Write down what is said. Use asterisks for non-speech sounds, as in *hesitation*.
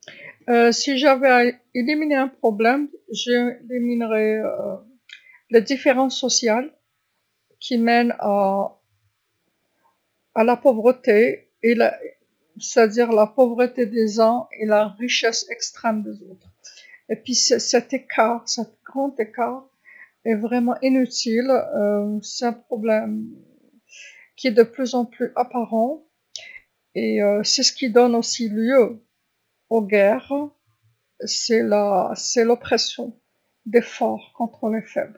لو كنت قادره على أزلت مشكله، فقد أزلت *hesitation* الفوارق الاجتماعيه التي تؤدي إلى الفقر وهو فقر الناس والغنى الشديد للآخرين، ومن ثم هذه الفجوه فعلا عديمه الفائده بدون مشكله وهي أكثر وضوحا و *hesitation* وهذا ما يؤدي أيضا إلى الحروب وهو قمع الجهود عندما نكون ضعفاء.